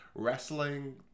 wrestling